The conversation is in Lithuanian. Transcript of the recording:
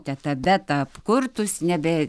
teta beta apkurtus nebe